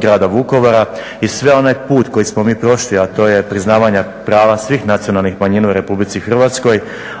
Grada Vukovara i sav onaj put koji smo mi prošli a to je priznavanja prava svih Nacionalnih manjina u Republici Hrvatskoj,